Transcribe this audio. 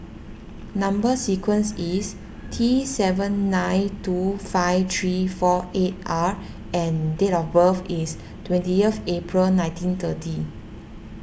Number Sequence is T seven nine two five three four eight R and date of birth is twentieth April nineteen thirty